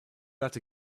that